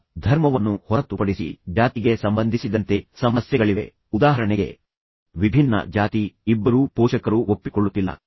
ಈಗ ಧರ್ಮವನ್ನು ಹೊರತುಪಡಿಸಿ ಜಾತಿಗೆ ಸಂಬಂಧಿಸಿದಂತೆ ಸಮಸ್ಯೆಗಳಿವೆ ಉದಾಹರಣೆಗೆ ವಿಭಿನ್ನ ಜಾತಿ ಈ ಸಮಸ್ಯೆಯಿಂದಾಗಿ ಇಬ್ಬರೂ ಪೋಷಕರು ಒಪ್ಪಿಕೊಳ್ಳುತ್ತಿಲ್ಲ